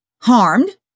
harmed